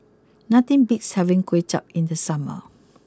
nothing beats having Kway Chap in the summer